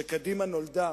שקדימה נולדה